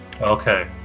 Okay